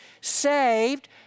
saved